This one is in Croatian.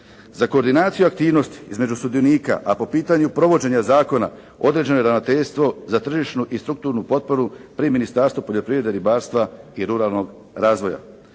Za koordinaciju aktivnosti između sudionika, a po pitanju provođenja zakona određeno je ravnateljstvo za tržišnu i strukturnu potporu pri Ministarstvu poljoprivrede, ribarstva i ruralnog razvoja.